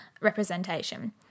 representation